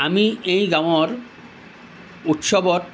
আমি এই গাঁৱৰ উৎসৱত